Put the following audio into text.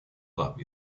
club